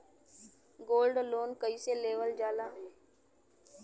Gold loan कईसे लेवल जा ला?